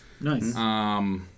Nice